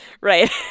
Right